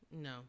No